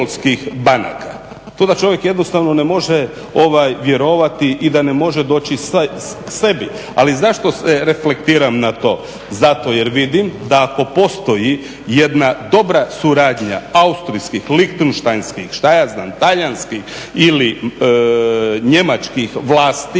To da čovjek jednostavno ne može vjerovati i da ne može doći k sebi. Ali zašto se reflektiram na to, zato jer vidim da ako postoji jedna dobra suradnja austrijskih, lihtenštajnskih, talijanskih ili njemačkih vlasti